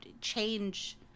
change